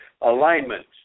alignment